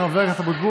חבר הכנסת אבוטבול,